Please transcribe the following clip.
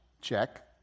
check